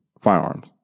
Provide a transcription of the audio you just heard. firearms